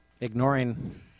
ignoring